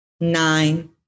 nine